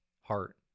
heart